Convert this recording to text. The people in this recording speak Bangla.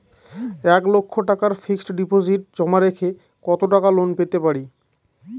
এক লক্ষ টাকার ফিক্সড ডিপোজিট জমা রেখে কত টাকা লোন পেতে পারি?